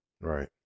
Right